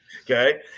Okay